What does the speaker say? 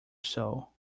soul